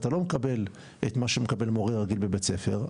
אתה לא מקבל את מה שמקבל מורה רגיל בבית ספר,